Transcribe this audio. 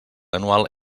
anual